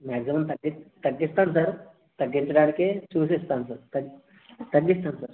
maximum తగ్గిస్తా తగ్గిస్తాను sir తగ్గించడానికి చూసి ఇస్తాను సార్ తగ్ తగ్గిస్తాను సార్